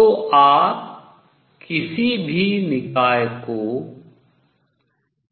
तो आप किसी भी निकाय को